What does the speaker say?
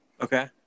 Okay